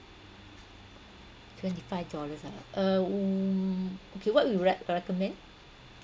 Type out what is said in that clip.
twenty five dollars ah uh um okay what you rec~ recommend